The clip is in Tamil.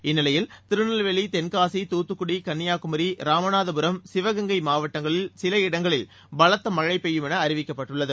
இந்நிலையில் திருநெல்வேலி தென்காசி தூத்துக்குடி கன்னியாகுமரி ராமநாதபுரம் சிவகங்கை மாவட்டங்களில் சில இடங்களில் பலத்த மழை பெய்யும் என்று அறிவிக்கப்பட்டுள்ளது